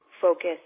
focus